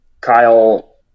Kyle